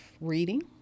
reading